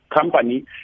company